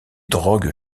drogues